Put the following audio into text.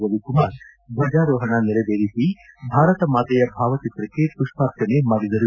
ರವಿಕುಮಾರ್ ಧ್ವಜಾರೋಹಣ ನೆರವೇರಿಸಿ ಭಾರತ ಮಾತೆಯ ಭಾವಚಿತ್ರಕ್ಕೆ ಪುಷ್ಪಾರ್ಚನೆ ಮಾಡಿದರು